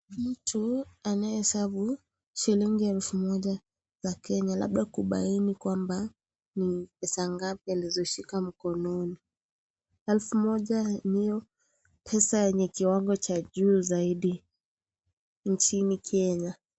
Mtu anayehesabu shilingi elfu moja za Kenya labda kubaini kwamba ni pesa ngapi alizoshika mkononi. Elfu moja ndio pesa yenye kiwango cha juu zaidi nchini Kenya.